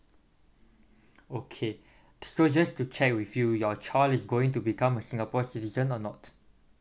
okay so just to check with you your child is going to become singapore citizen or not